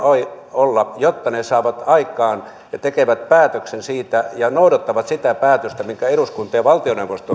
olla jotta ne saavat aikaan päätöksen ja noudattavat sitä päätöstä minkä eduskunta ja valtioneuvosto